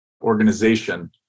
organization